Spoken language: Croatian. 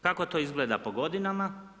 Kako to izgleda po godinama?